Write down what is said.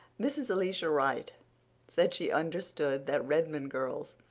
mrs. elisha wright said she understood that redmond girls,